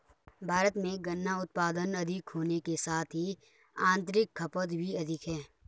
भारत में गन्ना उत्पादन अधिक होने के साथ ही आतंरिक खपत भी अधिक है